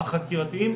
החקירתיים,